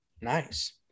Nice